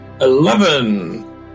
Eleven